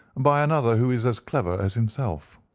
by another who is as clever as himself.